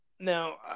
Now